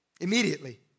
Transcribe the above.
Immediately